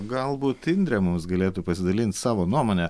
galbūt indrė mums galėtų pasidalint savo nuomone